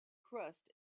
crust